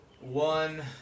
one